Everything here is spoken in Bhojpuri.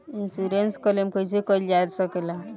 इन्शुरन्स क्लेम कइसे कइल जा ले?